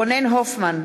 רונן הופמן,